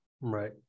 right